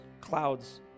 clouds